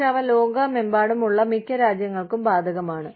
പക്ഷേ അവ ലോകമെമ്പാടുമുള്ള മിക്ക രാജ്യങ്ങൾക്കും ബാധകമാണ്